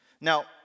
Now